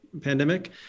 pandemic